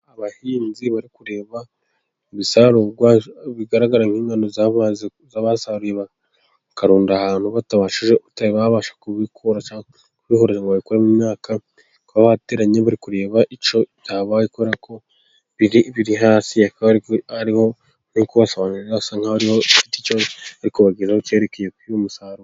Abahinzi bari kureba ibi bigaragara nk'ingano zasaruwe bakarunda ahantu batabasha kubihura ngo babikore mu imyaka. Kuba bateranye bari kureba icyo byabaye biri hasi ariho nkuko basobanurira hasa nkaho afite icyo kubageraho cyerekeye kuri uyu musaruro.